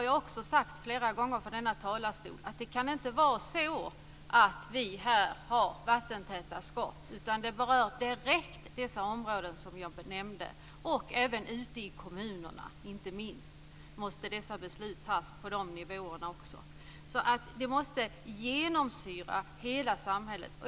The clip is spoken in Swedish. Jag har sagt flera gånger från denna talarstol att det inte kan vara så att vi här har vattentäta skott, utan det berör direkt dessa områden som jag nämnde. Även ute i kommunerna, inte minst, måste dessa beslut tas på de nivåerna också. Det måste alltså genomsyra hela samhället.